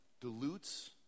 dilutes